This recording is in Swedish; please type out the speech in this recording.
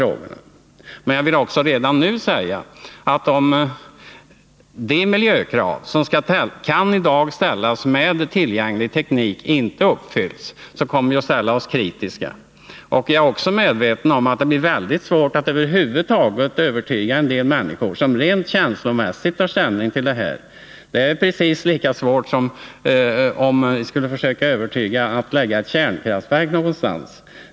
Jag vill emellertid också redan nu säga att om de miljökrav som i dag kan ställas inte uppfylls med tillgänglig teknik, så kommer vi att vara kritiska. Vi är medvetna om att det blir mycket svårt att över huvud taget övertyga en del människor som rent känslomässigt tar ställning till dessa frågor. Det är precis lika svårt som om man skulle försöka övertyga människor om att vi bör förlägga ett kärnkraftverk någonstans.